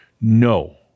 No